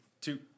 two